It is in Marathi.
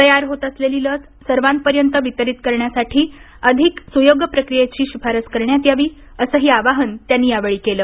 तयार होत असलेली लस सर्वांपर्यंत वितरित करण्यासाठी अधिक सुयोग्य प्रक्रियेची शिफारस करण्यात यावी असंही आवाहन त्यांनी यावेळी केलं